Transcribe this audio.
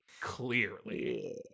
clearly